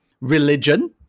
Religion